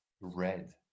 red